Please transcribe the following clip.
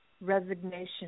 resignation